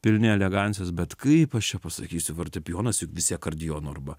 pilni elegancijos bet kaip aš čia pasakysiu fortepijonas juk visi akordeonu arba